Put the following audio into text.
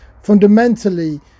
fundamentally